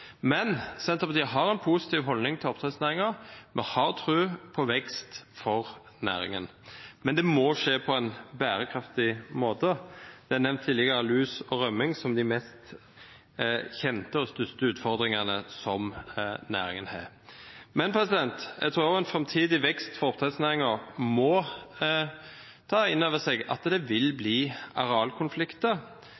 men det må skje på en bærekraftig måte. Det er nevnt tidligere lus og rømming som de mest kjente og største utfordringene som næringen har. Men jeg tror også man i en framtidig vekst for oppdrettsnæringen må ta inn over seg at det vil bli arealkonflikter.